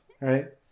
right